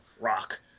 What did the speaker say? Rock